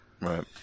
Right